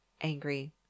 angry